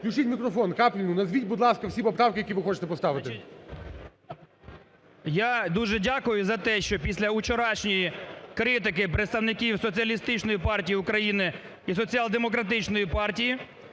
Включіть мікрофон Капліну. Назвіть, будь ласка, всі поправки, які ви хочете поставити. 13:30:45 КАПЛІН С.М. Я дуже дякую за те, що після вчорашньої критики представників Соціалістичної партії України і Соціал-демократичної партії